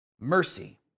Mercy